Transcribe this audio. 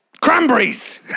Cranberries